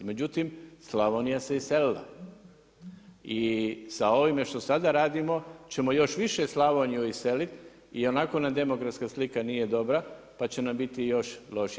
Međutim, Slavonija se iselila i sa ovime što sada radimo ćemo još više Slavoniju iseliti i onako nam demografska slika nije dobra pa će nam biti još lošija.